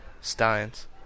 steins